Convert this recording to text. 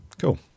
cool